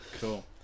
cool